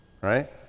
Right